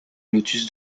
lotus